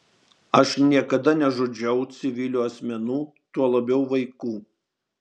aš niekada nežudžiau civilių asmenų tuo labiau vaikų